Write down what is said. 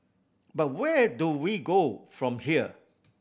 but where do we go from here